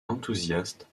enthousiaste